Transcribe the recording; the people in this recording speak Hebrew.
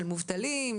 של מובטלים,